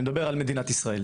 אני מדבר על מדינת ישראל.